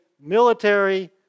military